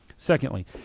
Secondly